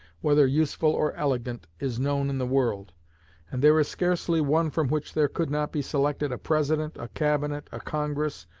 whether useful or elegant, is known in the world and there is scarcely one from which there could not be selected a president, a cabinet, a congress,